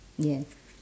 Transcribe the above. yes